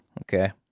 Okay